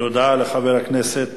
תודה לחבר הכנסת